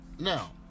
Now